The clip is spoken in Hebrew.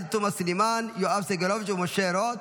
עאידה תומא סלימאן, יואב סגלוביץ ומשה רוט.